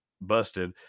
busted